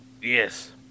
Yes